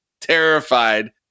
terrified